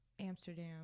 Amsterdam